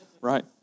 right